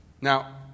Now